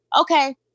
Okay